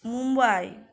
Mumbai